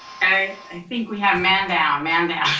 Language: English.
i think we have man down, man down.